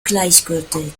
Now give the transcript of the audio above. gleichgültig